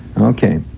Okay